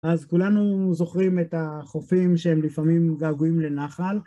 אז כולנו זוכרים את החופים שהם לפעמים געגועים לנחל.